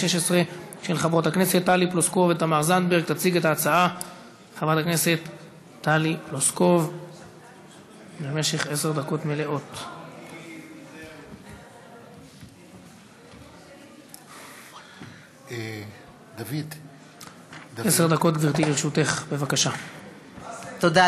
התשע"ו 2016. תודה.